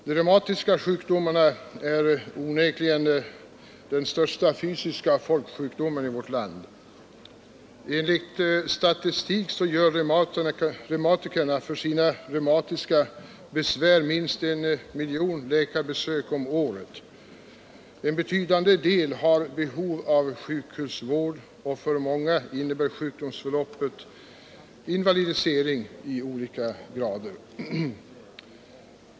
De reumatiska sjukdomarna är onekligen den största fysiska folksjukdomen i vårt land. Enligt statistik gör reumatikerna för sina reumatiska besvär minst en miljon läkarbesök om året. En betydande del av dem har behov av sjukhusvård, och för många innebär sjukdomsförloppet invalidisering av olika grader.